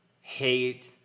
hate